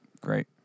great